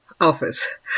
office